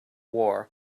war